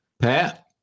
Pat